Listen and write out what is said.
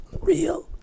real